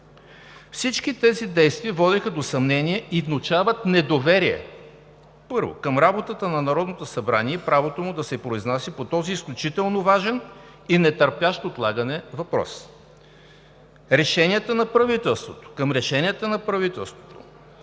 Всички тези действия водеха до съмнение и внушават недоверие, първо, към работата на Народното събрание и правото му да се произнася по този изключително важен и нетърпящ отлагане въпрос, към решенията на правителството,